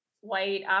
white